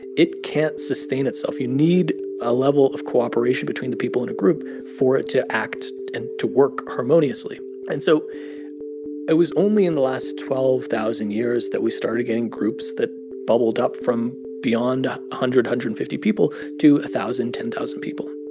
it it can't sustain itself. you need a level of cooperation between the people in a group for it to act and to work harmoniously and so it was only in the last twelve thousand years that we started getting groups that bubbled up from beyond a hundred, one hundred and fifty people to a thousand, ten thousand people.